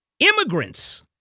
Immigrants